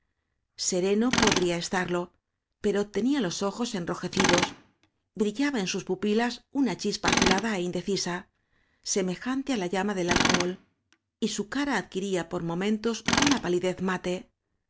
sereno podría estarlo pero tenía los ojos enrojecidos brillaba en sus pupilas una chispa azulada é indecisa semejante á la llama del al cohol y su cara adquiría por mo mentos una pa lidez mate